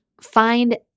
find